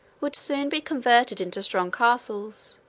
would soon be converted into strong castles,